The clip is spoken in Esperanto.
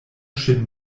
ŝin